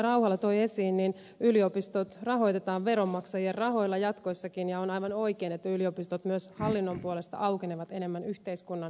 rauhala toi esiin niin yliopistot rahoitetaan veronmaksajien rahoilla jatkossakin ja on aivan oikein että yliopistot myös hallinnon puolesta aukenevat enemmän yhteiskunnan suuntaan